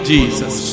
Jesus